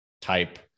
type